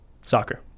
Soccer